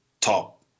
top